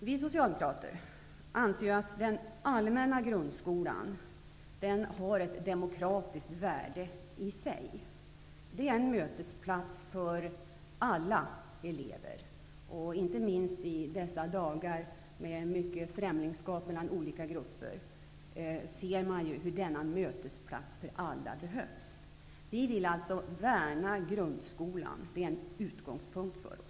Vi socialdemokrater anser att den allmänna grundskolan har ett demokratiskt värde i sig. Den är en mötesplats för alla elever. Inte minst i dessa dagar, med mycket främlingskap mellan olika grupper, ser man hur denna mötesplats för alla behövs. Vi vill alltså värna om grundskolan. Det är en utgångspunkt för oss.